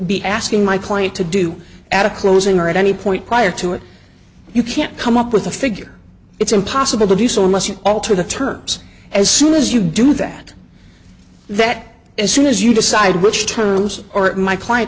be asking my client to do at a closing or at any point prior to it you can't come up with a figure it's impossible to do so unless you alter the terms as soon as you do that that as soon as you decide which turns or my client